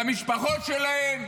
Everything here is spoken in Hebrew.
למשפחות שלהם,